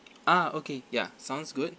ah okay ya sounds good